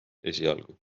esialgu